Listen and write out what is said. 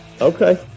Okay